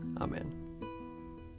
Amen